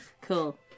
Cool